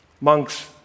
monks